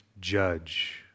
judge